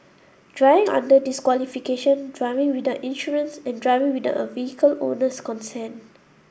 driving under disqualification driving without insurance and driving without the vehicle owner's consent